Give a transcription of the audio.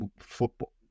football